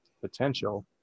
potential